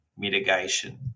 Mitigation